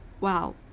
Wow